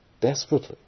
desperately